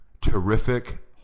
terrific